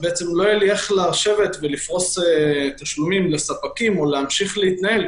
לא יהיה לי איך לפרוס תשלומים לספקים או להמשיך להתנהל,